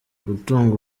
gutunga